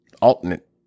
alternate